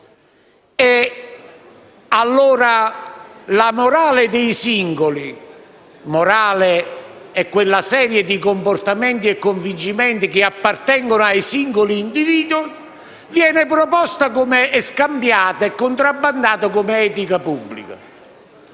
piazza. La morale dei singoli, che è quella serie di comportamenti e convincimenti che appartengono ai singoli individui, viene scambiata e contrabbandata come etica pubblica.